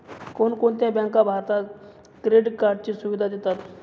कोणकोणत्या बँका भारतात क्रेडिट कार्डची सुविधा देतात?